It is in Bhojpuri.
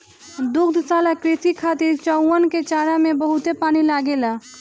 दुग्धशाला कृषि खातिर चउवन के चारा में बहुते पानी लागेला